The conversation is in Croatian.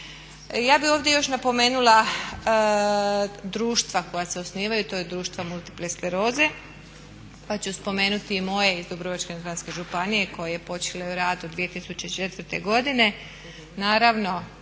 Ja bi ovdje još napomenula društva koja se osnivaju, to je društvo Multiple skleroze pa ću spomenuti i moje iz Dubrovačko-neretvanske županije koje je počelo rad od 2004. godine.